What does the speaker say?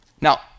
Now